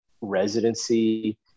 residency